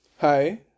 Hi